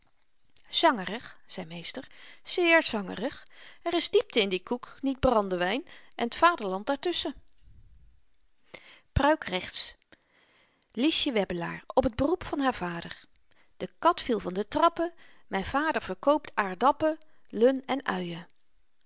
zangerig zei meester zeer zangerig er is diepte in die koek niet brandewyn en t vaderland daartusschen pruik rechts lysje webbelaar op het beroep van haar vader de kat viel van de trappe myn vader verkoopt aardappelen en uyen